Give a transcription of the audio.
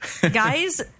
Guys